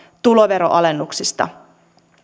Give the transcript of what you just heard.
tuloveroalennuksista